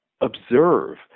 observe